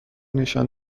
نشان